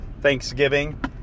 Thanksgiving